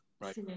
right